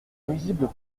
nuisibles